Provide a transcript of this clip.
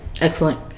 Excellent